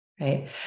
right